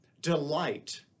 delight